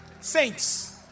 saints